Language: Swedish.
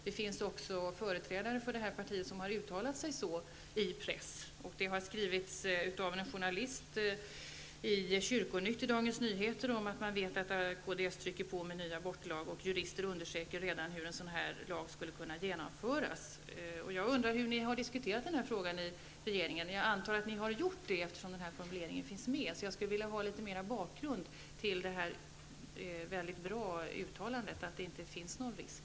Det finns också företrädare för detta parti som uttalat sig på smma sätt i pressen. En journalist har under avdelningen Kyrkonytt i Dagens Nyheter skrivit att man vet att kds utövat påtryckningar för en ny abortlag. Jurister undersöker redan hur en sådan lagändring skall kunna genomföras. Jag undrar hur ni i regeringen har diskuterat kring den här frågan. Jag antar att ni har fört en diskussion, eftersom denna formulering finns med i regeringsförklaringen. Jag skulle vilja ha litet mera bakgrund till detta utmärkta uttalande, dvs. att det inte finns någon risk.